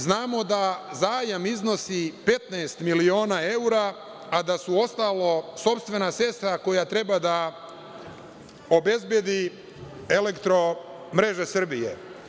Znamo da zajam iznosi 15.000.000 evra, a da su ostalo sopstvena sredstva koja treba da obezbedi „Elektromreža Srbije“